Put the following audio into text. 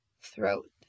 throat